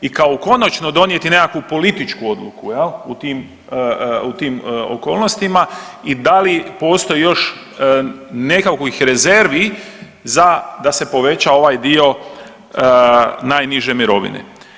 i kao konačno donijeti nekakvu političku odluku, je li, u tim okolnosti i da li postoji još nekakvih rezervi za da se poveća ovaj dio najniže mirovine.